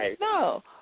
no